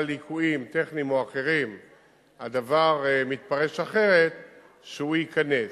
ליקויים טכניים או אחרים הדבר מתפרש אחרת והוא ייקנס.